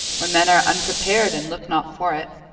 when men are unprepar'd and look not for it.